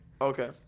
okay